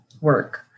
work